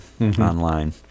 online